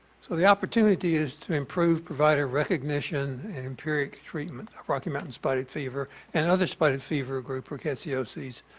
so the opportunity is to improve provider recognition and empiric treatment of rocky mountain spotted fever and other spotted fever group rickettsiosis.